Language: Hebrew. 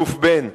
אלוף בן: